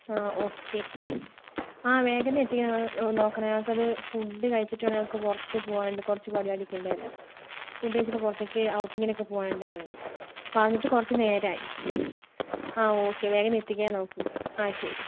ആ ഓക്കെ ആ വേഗം ഒന്ന് എത്തിക്കാൻ നോ നോക്കണേ ഞങ്ങൾക്ക് അത് ഫുഡ് കഴിച്ചിട്ട് വേണം ഞങ്ങൾക്ക് പുറത്ത് പോവാനായിട്ട് കുറച്ച് പരിപാടിയൊക്കെ ഉണ്ടായിരുന്നു ഫുഡ് കഴിച്ചിട്ട് പുറത്തേക്ക് ഔട്ടിങ്ങിനൊക്കെ പോവാനുണ്ടായിരുന്നു പറഞ്ഞിട്ട് കുറച്ചു നേരമായി ആ ഓക്കെ വേഗം എത്തിക്കാൻ നോക്ക് ആ ശരി